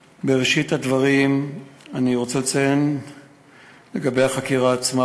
2. בראשית הדברים אני רוצה לציין לגבי החקירה עצמה,